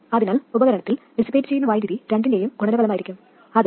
അതിനാൽ ഉപകരണത്തിൽ ഡിസിപേറ്റ് ചെയ്യുന്ന വൈദ്യുതി രണ്ടിന്റേയും ഗുണനഫലമായിരിക്കും അത് 6